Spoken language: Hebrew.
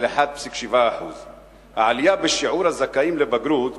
של 1.7%. העלייה בשיעור הזכאים לבגרות